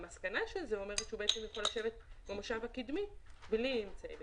המסקנה של זה אומרת שהוא יכול לשבת במושב הקדמי בלי אמצעי בטיחות.